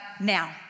now